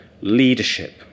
leadership